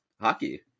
hockey